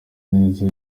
neza